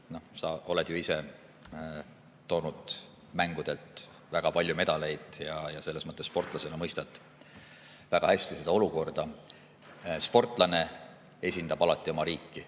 Sa oled ju ise toonud mängudelt palju medaleid ja selles mõttes sportlasena mõistad väga hästi seda olukorda. Sportlane esindab alati oma riiki